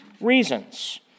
reasons